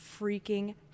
freaking